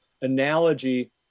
analogy